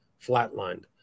Flatlined